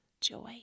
joy